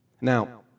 Now